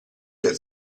del